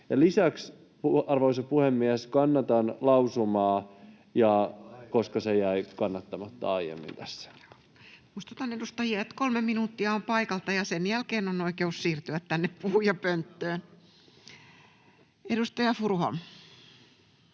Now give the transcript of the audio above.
Lisäksi, arvoisa puhemies, kannatan lausumaa, koska se jäi kannattamatta aiemmin tässä. Muistutan edustajia, että kolme minuuttia on paikalta ja sen jälkeen on oikeus siirtyä tänne puhujapönttöön. — Edustaja Furuholm.